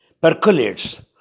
percolates